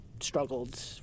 struggled